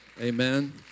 Amen